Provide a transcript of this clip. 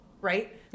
right